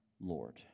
Lord